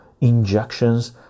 injections